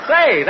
Say